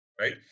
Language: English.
Right